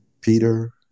Peter